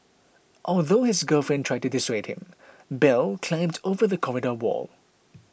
although his girlfriend tried to dissuade him Bell climbed over the corridor wall